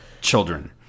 children